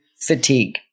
fatigue